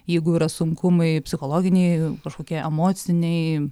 jeigu yra sunkumai psichologiniai kažkokie emociniai